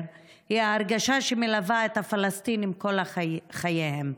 היא ההרגשה שמלווה את הפלסטינים כל חייהם,